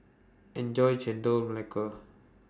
Enjoy Chendol Melaka